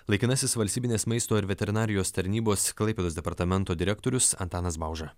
laikinasis valstybinės maisto ir veterinarijos tarnybos klaipėdos departamento direktorius antanas bauža